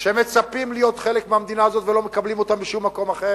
שמצפים להיות חלק מהמדינה הזאת ולא מקבלים אותם בשום מקום אחר,